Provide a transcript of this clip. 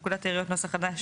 בפקודת העיריות (נוסח חדש),